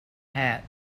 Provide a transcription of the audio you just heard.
hat